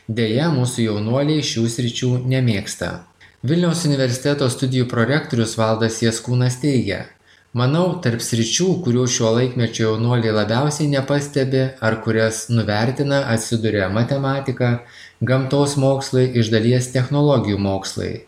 deja mūsų jaunuoliai šių sričių nemėgsta vilniaus universiteto studijų prorektorius valdas jaskūnas teigia manau tarp sričių kurių šio laikmečio jaunuoliai labiausiai nepastebi ar kurias nuvertina atsiduria matematika gamtos mokslai iš dalies technologijų mokslai